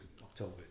October